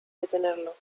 detenerlo